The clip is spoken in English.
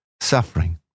suffering